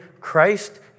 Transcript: Christ